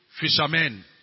fishermen